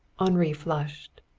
henri flushed.